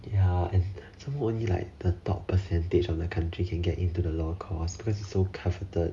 ya and somemore only like the top percentage of the country can get into the law course because it's so coveted